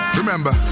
Remember